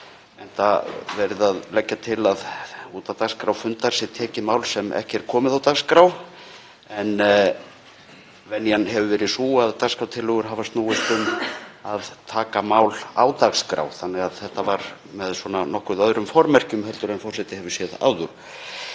enda verið að leggja til að út af dagskrá fundar sé tekið mál sem ekki er komið á dagskrá. Venjan hefur verið sú að dagskrártillögur hafa snúist um að taka mál á dagskrá þannig að þetta var með nokkuð öðrum formerkjum heldur en forseti hefur séð áður.